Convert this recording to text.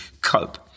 cope